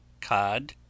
cod